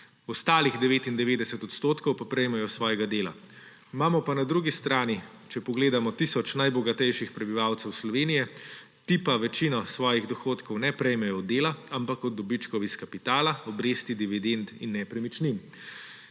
Ostalih 99 odstotkov pa prejmejo iz svojega dela. Imamo pa na drugi strani, če pogledamo tisoč najbogatejših prebivalcev Slovenije, ti pa večino svojih dohodkov ne prejmejo od dela, ampak od dobičkov iz kapitala, obresti, dividend in nepremičnin.